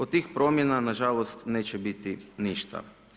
Od tih promjena nažalost neće biti ništa.